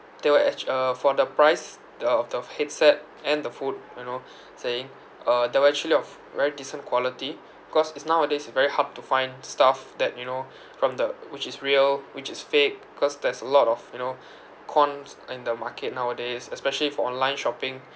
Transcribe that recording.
they were actu~ uh for the price uh of the headset and the food you know saying uh they were actually of very decent quality cause it's nowadays it's very hard to find stuff that you know from the which is real which is fake cause there's a lot of you know cons in the market nowadays especially for online shopping